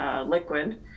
liquid